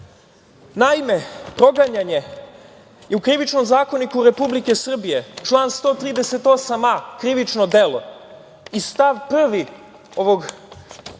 Naime, proganjanje je u Krivičnom zakoniku Republike Srbije, član 138a krivično delo i stav 1. ovog